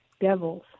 devils